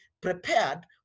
prepared